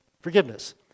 forgiveness